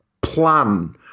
plan